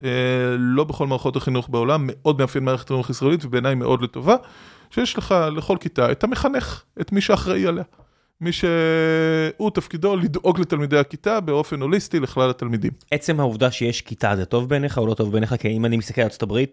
לא בכל מערכות החינוך בעולם, מאוד מאפיין מערכת חינוך ישראלית ובעיניי מאוד לטובה. שיש לך לכל כיתה את המחנך, את מי שאחראי עליה. מי שהוא תפקידו לדאוג לתלמידי הכיתה באופן הוליסטי לכלל התלמידים. עצם העובדה שיש כיתה זה טוב בעיניך או לא טוב בעיניך? כי אם אני מסתכל ארצות הברית...